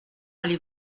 allez